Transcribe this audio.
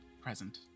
present